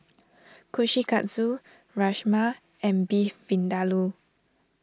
Kushikatsu Rajma and Beef Vindaloo